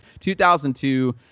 2002